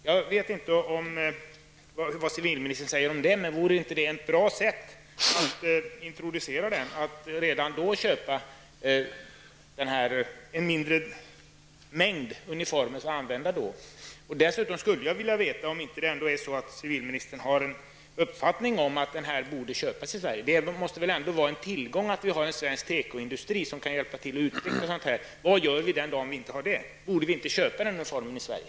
Jag vet inte vad civilministern säger om det, men vore det inte ett bra sätt att introducera uniformen att köpa in ett mindre antal och använda då? Dessutom skulle jag vilja veta om civilministern ändå inte har den uppfattningen att uniformen borde köpas i Sverige. Det måste väl ändå vara en tillgång att vi har en svensk tekoindustri som kan hjälpa till att utveckla sådant här? Vad gör vi den dag vi inte har det? Borde vi inte köpa uniformen i Sverige?